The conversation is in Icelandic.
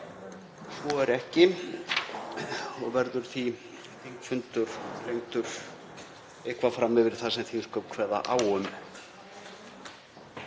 Svo er ekki og verður því þingfundur lengdur eitthvað fram yfir það sem þingsköp kveða á um.